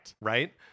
Right